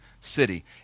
city